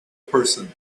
person